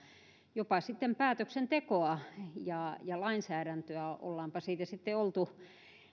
jopa sitten päätöksentekoa ja ja lainsäädäntöä ollaanpa siitä sitten oltu